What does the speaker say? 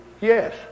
yes